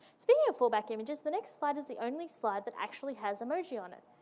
speaking of fallback images, the next slide is the only slide that actually has emoji on it.